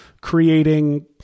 creating